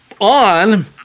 on